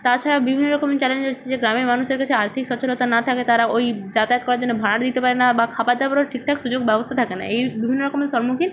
তাছাড়াও বিভিন্ন রকম চ্যালেঞ্জ এসেছে যে গ্রামের মানুষের কাছে আর্থিক সচ্ছলতা না থাকায় তারা ওই যাতায়াত করার জন্য ভাড়াটা দিতে পারে না বা খাবার দাবারও ঠিকঠাক সুযোগ ব্যবস্থা থাকে না এই বিভিন্ন রকমের সম্মুখীন